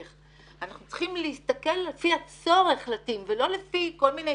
אנחנו צריכים להסתכל לפי הצורך --- ולא לפי כל מיני